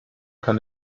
kann